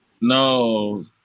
No